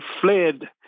fled